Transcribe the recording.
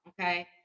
Okay